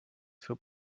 für